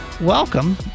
welcome